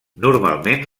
normalment